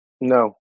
No